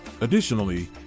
Additionally